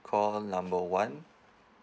call number one